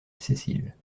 cécile